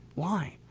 why?